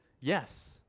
yes